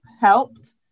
helped